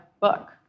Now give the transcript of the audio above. book